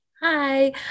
Hi